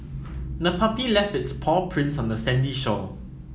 the puppy left its paw prints on the sandy shore